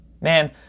Man